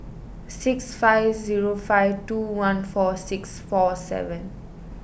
six five zero five two one four six four seven